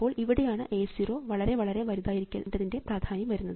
അപ്പോൾ ഇവിടെയാണ് A 0 വളരെ വളരെ വലുതായിരിക്കേണ്ടതിൻറെ പ്രാധാന്യം വരുന്നത്